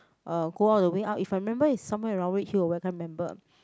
uh go all the way out if I remember it's somewhere around Redhill or where I can't remember